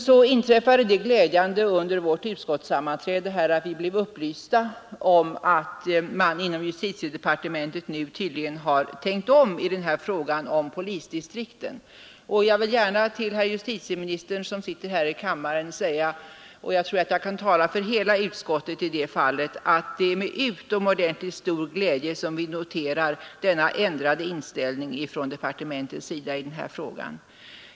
Nu inträffade under utskottets sammanträde det glädjande att vi fick upplysningen att man inom justitiedepartementet tydligen har tänkt om i fråga om polisdistrikten. Jag vill gärna till herr justitieministern som sitter här i kammaren säga — och jag tror att jag kan tala för hela utskottet i det fallet — att det är med utomordentligt stor glädje vi noterar denna ändrade inställning från departementet i den här frågan.